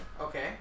Okay